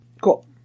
Cool